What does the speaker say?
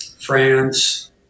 France